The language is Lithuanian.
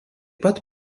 pat